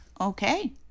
okay